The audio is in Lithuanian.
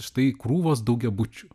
štai krūvos daugiabučių